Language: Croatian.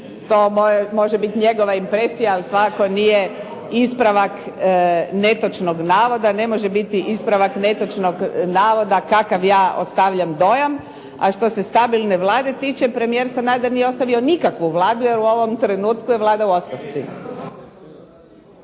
to može biti njegova impresija ali svakako nije ispravak netočnog navoda, ne može biti ispravak netočnog navoda kakav ja ostavljam dojam. A što se stabilne Vlade tiče, premijer Sanader nije ostavio nikakvu Vladu, jer u ovom trenutku je Vlada u ostavci.